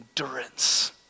Endurance